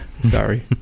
Sorry